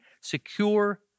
secure